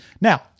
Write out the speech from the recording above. now